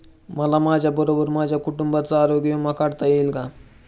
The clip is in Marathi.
मला माझ्याबरोबर माझ्या कुटुंबाचा आरोग्य विमा काढता येईल का?